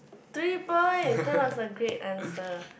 three points that was a great answer